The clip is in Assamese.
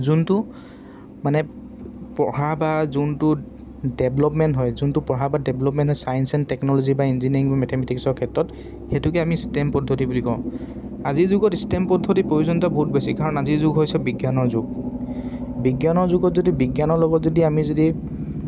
যোনটো মানে পঢ়া বা যোনটো ডেভলপমেণ্ট হয় যোনটো পঢ়া বা ডেভলপমেণ্ট হয় চায়েন্স এণ্ড টেকনলজি বা ইঞ্জিনিয়াৰিং বা মেথেমেটিক্সৰ ক্ষেত্ৰত সেইটোকে আমি ষ্টেম পদ্ধতি বুলি কওঁ আজিৰ যুগত ষ্টেম পদ্ধতিৰ প্ৰয়োজনীয়তা বহুত বেছি কাৰণ আজিৰ যুগ হৈছে বিজ্ঞানৰ যুগ বিজ্ঞানৰ যুগত যদি বিজ্ঞানৰ লগত যদি আমি যদি